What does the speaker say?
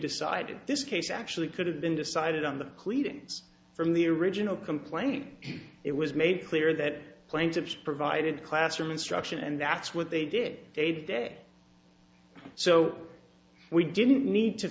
decided this case actually could have been decided on the cleanings from the original complaint it was made clear that plaintiffs provided classroom instruction and that's what they did a day so we didn't need to